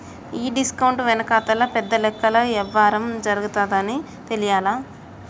ఈ డిస్కౌంట్ వెనకాతల పెద్ద లెక్కల యవ్వారం జరగతాదని తెలియలా